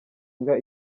mbwa